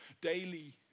daily